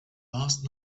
last